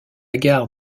gare